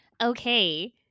okay